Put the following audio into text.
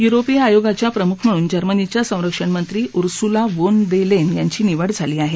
युरोपिय आयोगाच्या प्रमुख म्हणून जर्मनीच्या संरक्षणमंत्री उर्सूला वोन दे लेन यांची निवड झाली आहे